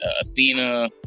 athena